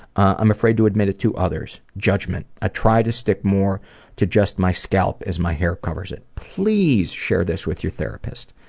i'm afraid to admit it to others. judgment. i try to stick more to just my scalp as my hair covers it. please share this with your therapist.